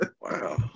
Wow